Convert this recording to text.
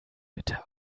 bitte